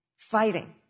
fighting